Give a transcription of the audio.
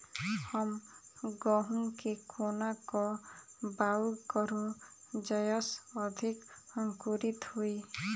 हम गहूम केँ कोना कऽ बाउग करू जयस अधिक अंकुरित होइ?